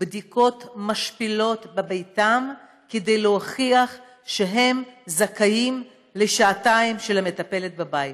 בדיקות משפילות בביתם כדי להוכיח שהם זכאים לשעתיים של המטפלת בבית,